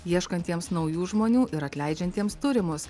ieškantiems naujų žmonių ir atleidžiantiems turimus